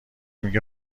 میگی